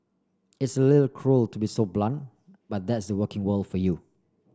it's a little cruel to be so blunt but that's the working world for you